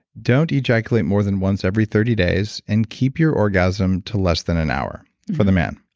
don't ejaculate more than once every thirty days and keep your orgasm to less than an hour for the man.